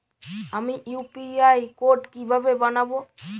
আমি UPI code কিভাবে বানাব?